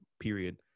period